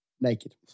naked